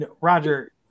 Roger